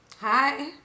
Hi